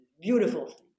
beautiful